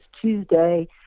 Tuesday